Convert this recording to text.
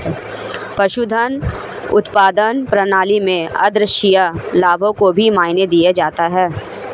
पशुधन उत्पादन प्रणाली में आद्रशिया लाभों को भी मायने दिया जाता है